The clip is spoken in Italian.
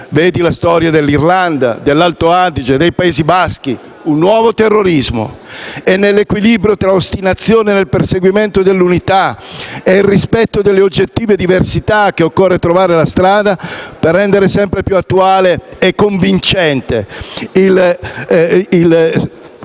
(vedi la storia dell'Irlanda, dell'Alto Adige e dei Paesi baschi) un nuovo terrorismo. È nell'equilibrio tra ostinazione nel perseguimento dell'unità e il rispetto delle oggettive diversità che occorre trovare la strada per rendere sempre più attuale e convincente il sogno